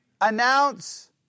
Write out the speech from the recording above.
announce